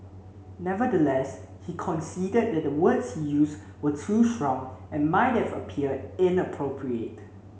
nevertheless he conceded that the words he used were too strong and might have appeared inappropriate